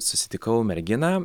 susitikau merginą